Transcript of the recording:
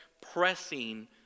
pressing